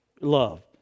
love